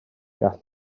gall